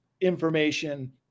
information